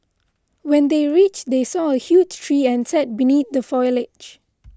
when they reached they saw a huge tree and sat beneath the foliage